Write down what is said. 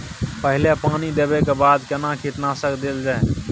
पहिले पानी देबै के बाद केना कीटनासक देल जाय?